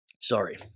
Sorry